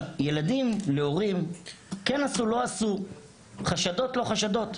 ילדים להורים, כן עשו, לא עשו, חשדות, לא חשדות.